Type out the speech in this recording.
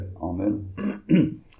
Amen